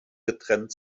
getrennt